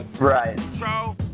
Right